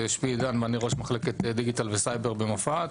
שמי עידן ואני ראש מחלקת דיגיטל וסייבר במפא"ת.